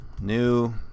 new